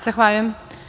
Zahvaljujem.